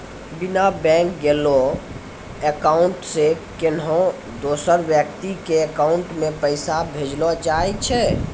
बिना बैंक गेलैं अकाउंट से कोन्हो दोसर व्यक्ति के अकाउंट मे पैसा भेजलो जाय छै